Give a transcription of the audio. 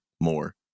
more